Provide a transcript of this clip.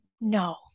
No